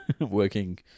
working